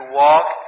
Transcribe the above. walk